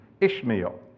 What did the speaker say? Ishmael